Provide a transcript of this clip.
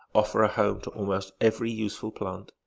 offer a home to almost every useful plant.